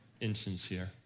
Insincere